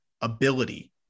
ability